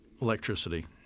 electricity